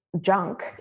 junk